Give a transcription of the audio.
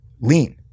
lean